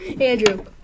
Andrew